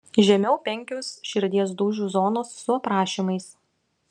žemiau penkios širdies dūžių zonos su aprašymais